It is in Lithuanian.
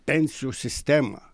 pensijų sistemą